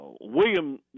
William